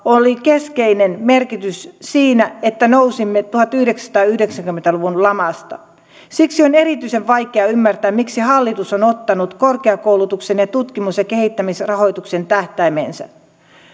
oli keskeinen merkitys siinä että nousimme tuhatyhdeksänsataayhdeksänkymmentä luvun lamasta siksi on erityisen vaikeaa ymmärtää miksi hallitus on ottanut korkeakoulutuksen ja tutkimus ja kehittämisrahoituksen tähtäimeensä